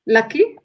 Lucky